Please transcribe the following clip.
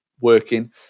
working